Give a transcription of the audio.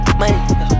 money